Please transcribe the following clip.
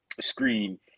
screen